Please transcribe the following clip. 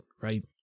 right